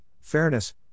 fairness